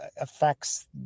affects